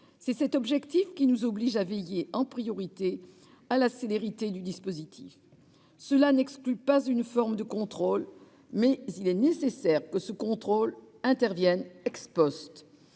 C'est cet objectif qui nous oblige à veiller, en priorité, à la célérité du dispositif. Cela n'exclut pas une forme de contrôle, mais il est nécessaire que ce contrôle intervienne,